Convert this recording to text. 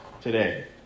today